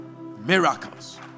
Miracles